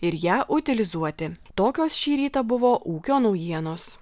ir ją utilizuoti tokios šį rytą buvo ūkio naujienos